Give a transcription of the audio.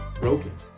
broken